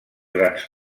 grans